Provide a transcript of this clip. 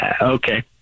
Okay